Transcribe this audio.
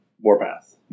Warpath